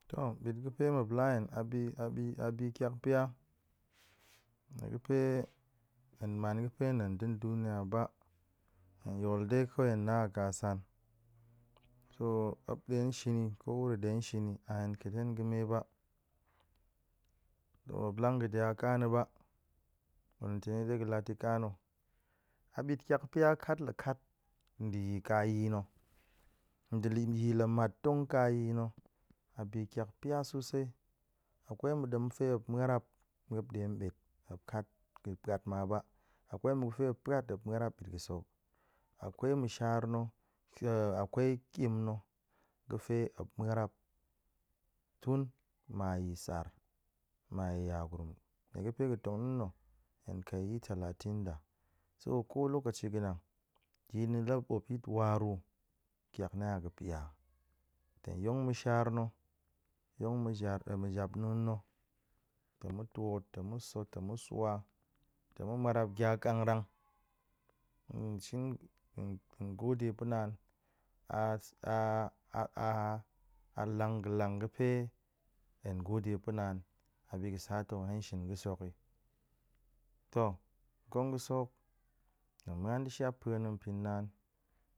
To bit ga̱ muop la hen a bi a bi a bi tyak pia nie ga̱fe hen man ga̱pe tong ɗa̱ duniya ba, hen yol dai kawai hen na kasan, so muop ɗe shin ni, kowuro ɗe shin ni a hen ƙa̱t hen ga̱me ba, to muop lang ga̱de a ka na̱ ba balentane ɗe ga̱ lat ta̱ka na̱. A bit kyak pia kat la kat nɗe yi ka yi na̱ nɗe le- yi la mat tong ka yi na̱ a bi kyak pia sosai. A kwai ma̱ gafe muop ma̱rap nɗe nbet muop kat ga̱ puat ma ba, akwa ma̱ gafe puat muop ma̱rap nbit ga̱sek hok, a kwa ma̱shar na̱ a kwai ƙem na̱ ga̱fe muop ma̱rap tun ma yi saar, ma yi yagurum, nie ga̱fe ga̱ tong na̱n na̱, hen kai yi talatin da, so ko lokaci ga̱nang, yi na̱ la mop yit waru, pyak na̱ a ga̱ pia, tong yong ma̱shar na̱, yong ma̱jar-ma̱japna̱a̱n na̱, tong ma̱ twot, tong mu sa̱, tong mu swa, tong mu marab gya kangrang gode pae naan a lang ga̱ lang ga̱pe hen gode pae naan, a bi ga̱ sa to hen shin ga̱sek hok yi, to kong ga̱ sek hok, tong muan ɗe shep pua na̱ npin naan